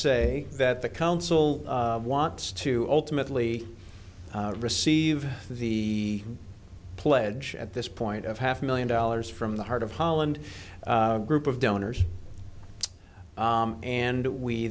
say that the council wants to ultimately receive the pledge at this point of half a million dollars from the heart of holland group of donors and we